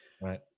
Right